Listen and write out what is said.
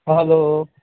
hello